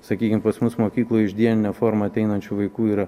sakykim pas mus mokykloj iš dieninio forma ateinančių vaikų yra